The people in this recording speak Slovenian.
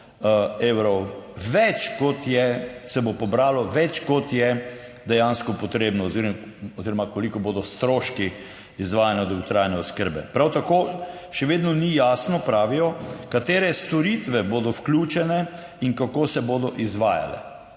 evrov več, kot je se bo pobralo, več kot je dejansko potrebno oziroma koliko bodo stroški izvajanja dolgotrajne oskrbe. Prav tako še vedno ni jasno, pravijo, katere storitve bodo vključene in kako se bodo izvajale.